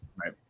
right